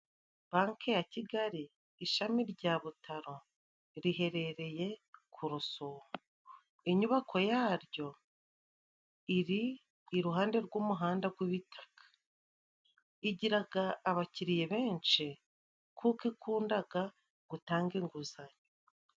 Banki ya Kigali ishami rya Butaro riherereye ku Rusumo, inyubako yaryo iri iruhande rw'umuhanda gw'ibitaka, igiraga abakiriya benshi kuko ikundaga gutanga inguzanyo.